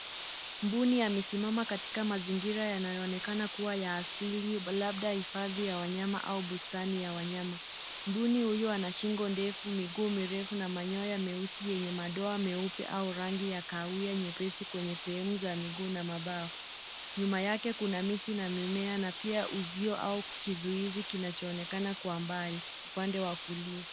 Mbuni amesimama katika mazingira yanayoonekana kwa ya asili labda hifadhi ya wanyama au bustani ya wanyama. Mbuni huyu anashingo defu ,miguu mirefu na manyoya meusi yenye madoa meupe au rangi ya kahawia nyepesi kwenye sehemu za miguu na mabawa, nyuma yake kuna miti na mimea na pia uzio au kizuizi kinachonekana kwa mbali upande wa kulia.